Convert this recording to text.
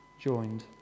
joined